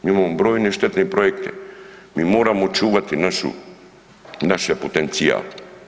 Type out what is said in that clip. Mi imamo brojne štetne projekte, mi moramo čuvati našu, naš potencijal.